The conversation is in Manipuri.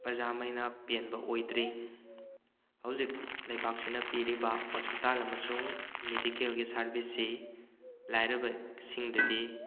ꯄ꯭ꯔꯖꯥꯃꯩꯅ ꯄꯦꯟꯕ ꯑꯣꯏꯗ꯭ꯔꯤ ꯍꯧꯖꯤꯛ ꯂꯩꯕꯥꯛꯁꯤꯅ ꯄꯤꯔꯤꯕ ꯍꯣꯁꯄꯤꯇꯥꯜ ꯑꯃꯁꯨꯡ ꯃꯦꯗꯤꯀꯦꯜꯒꯤ ꯁꯥꯔꯕꯤꯁꯁꯤ ꯂꯥꯏꯔꯕꯁꯤꯡꯗꯗꯤ